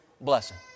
blessing